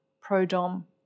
pro-dom